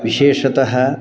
विशेषतः